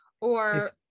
or-